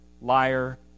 liar